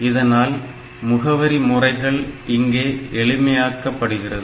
இதனால் முகவரி முறைகள் இங்கே எளிமையாக்க படுகிறது